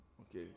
Okay